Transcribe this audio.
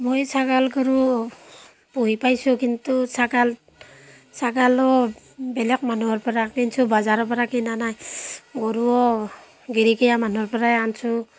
মই ছাগাল গৰু পুহি পাইছোঁ কিন্তু ছাগাল ছাগালৰ বেলেগ মানুহৰপৰা কিনিছোঁ বজাৰৰপৰা কিনা নাই গৰুও গিৰিকিয়া মানুহৰপৰাই আনিছোঁ